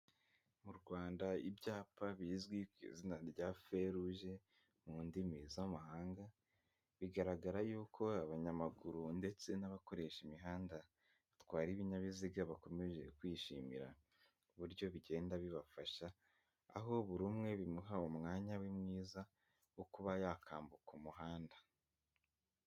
Mu Rwanda ibyapa bizwi ku izina rya foi rouge mu ndimi z'amahanga bigaragara yuko abanyamaguru ndetse n'abakoresha imihanda batwara ibinyabiziga bakomeje kwishimira uburyo bigenda bibafasha aho buri umwe bimuha umwanya we mwiza wo kuba yakambuka umuhanda.